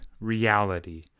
reality